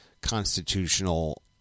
constitutional